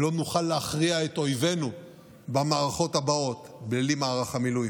לא נוכל להכריע את אויבינו במערכות הבאות בלי מערך המילואים.